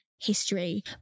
History